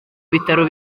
bitaro